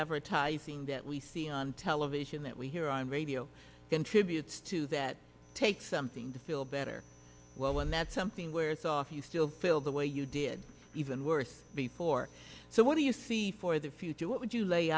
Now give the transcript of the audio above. advertising that we see on television that we hear on radio contributes to that takes something to feel better when that's something wears off you still feel the way you did even worse before so what do you see for the future what would you lay